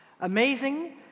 Amazing